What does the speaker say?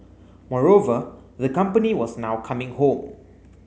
moreover the company was now coming home